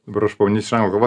dabar aš pabandysiu anglų kalba